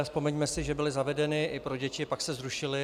Vzpomeňme si, že byly zavedeny i pro děti, pak se zrušily.